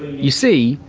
you see,